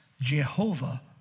Jehovah